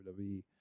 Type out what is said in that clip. wwe